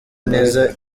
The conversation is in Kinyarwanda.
neza